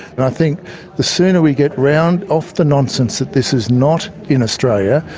and i think the sooner we get around off the nonsense that this is not in australia,